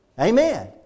Amen